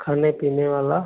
खाने पीने वाला